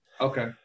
Okay